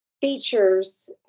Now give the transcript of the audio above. features